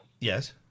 Yes